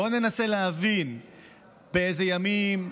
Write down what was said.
בואו ננסה להבין באיזה ימים,